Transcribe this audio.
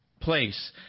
place